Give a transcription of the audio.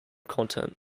content